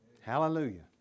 Hallelujah